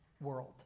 world